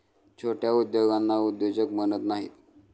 छोट्या उद्योगांना उद्योजक म्हणत नाहीत